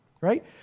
right